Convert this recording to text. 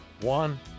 One